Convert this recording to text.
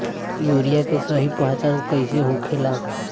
Urea के सही पहचान कईसे होखेला?